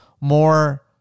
more